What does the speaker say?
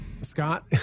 Scott